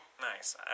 Nice